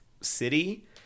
city